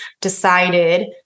decided